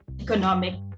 economic